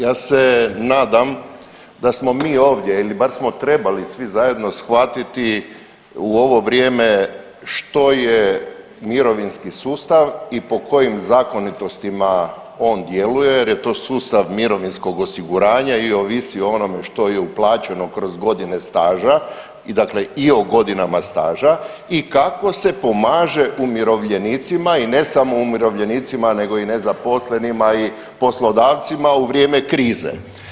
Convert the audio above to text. Ja se nadam da smo mi ovdje il bar smo trebali svi zajedno shvatiti u ovo vrijeme što je mirovinski sustav i po kojim zakonitostima on djeluje jer je to sustav mirovinskog osiguranja i ovisi o onome što je uplaćeno kroz godine staže, dakle i o godinama staža i kako se pomaže umirovljenicima i ne samo umirovljenicima nego i nezaposlenima i poslodavcima u vrijeme krize.